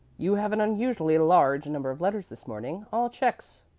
you have an unusually large number of letters this morning. all checks,